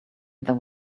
there